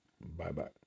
Bye-bye